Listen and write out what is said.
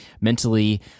mentally